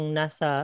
nasa